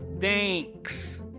Thanks